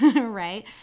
right